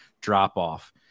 drop-off